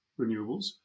renewables